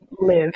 live